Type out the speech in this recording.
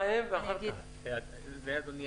אדוני,